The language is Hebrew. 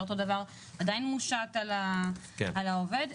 עדיין מושת על העובד,